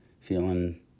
Feeling